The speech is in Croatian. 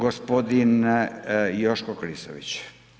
Gospodin Joško Klisović.